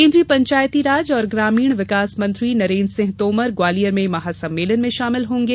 केन्द्रीय पंचायती राज और ग्रामीण विकास मंत्री नरेन्द्र सिंह तोमर ग्वालियर में महासम्मेलन में शामिल होंगे